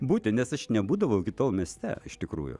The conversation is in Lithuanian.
būti nes aš nebūdavau iki tol mieste iš tikrųjų